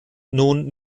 nun